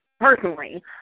personally